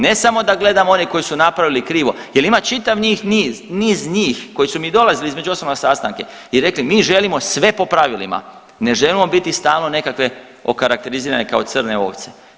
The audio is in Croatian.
Ne samo da gledamo one koji su napravili krivo jer ima čitav njih niz, niz njih koji su mi dolazili, između ostalog, na sastanke i rekli, mi želimo sve po pravilima, ne želimo biti stalno nekakve okarakterizirane kao crne ovce.